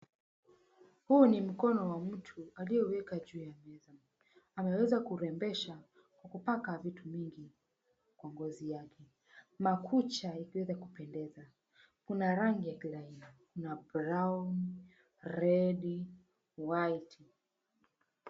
Huu ni mkono wa mtu aliye weka juu ya meza. Ameweza kurembesha kwa kupaka vitu mingi kwa ngozi yake. Makucha ikiweza kupendeza. Kuna rangi ya kila aina. Kuna brown , red , white .